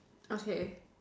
okay